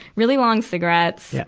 really long cigarettes.